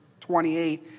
28